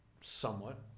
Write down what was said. Somewhat